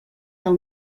del